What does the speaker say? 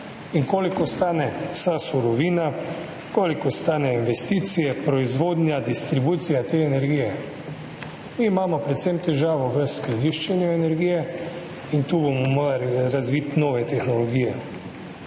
in koliko stane vsa surovina, koliko stanejo investicije, proizvodnja, distribucija te energije. Mi imamo težavo predvsem v skladiščenju energije in tu bomo morali razviti nove tehnologije.